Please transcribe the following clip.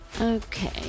Okay